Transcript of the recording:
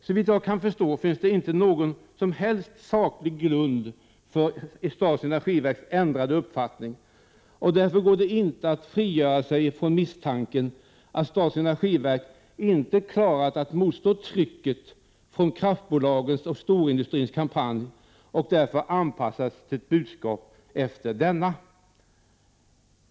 Såvitt jag kan förstå finns det inte någon saklig grund för energiverkets ändrade uppfattning, och därför går det inte att frigöra sig ifrån misstanken att statens energiverk inte klarat att motstå trycket från kraftbolagens och storindustrins kampanj och därför anpassat sitt budskap efter denna.